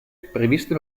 previste